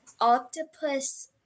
octopus